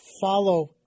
Follow